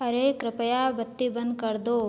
अरे कृपया बत्ती बंद कर दो